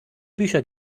bücher